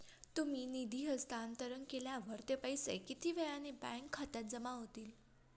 तुम्ही निधी हस्तांतरण केल्यावर ते पैसे किती वेळाने बँक खात्यात जमा होतील?